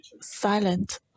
silent